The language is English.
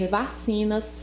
vacinas